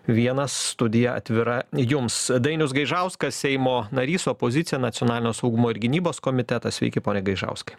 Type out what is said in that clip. vienas studija atvira jums dainius gaižauskas seimo narys opozicija nacionalinio saugumo ir gynybos komitetas sveiki pone gaižauskai